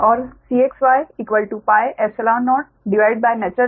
और Cxy 0 In farad प्रति metre